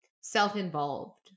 self-involved